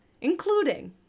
including